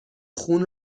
خون